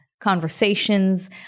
conversations